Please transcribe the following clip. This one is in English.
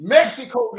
Mexico